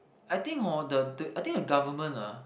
I think hor the the I think the government ah